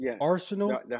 Arsenal